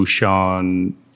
Bouchon